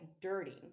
dirty